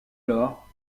lors